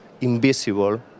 invisible